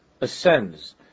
ascends